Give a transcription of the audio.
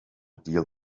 deal